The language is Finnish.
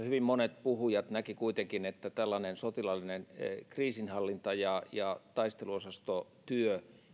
hyvin monet puhujat näkivät kuitenkin että tällainen sotilaallinen kriisinhallinta ja ja taisteluosastotyö